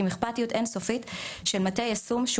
עם אכפתיות אין סופית של מטה היישום שהוא